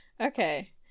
okay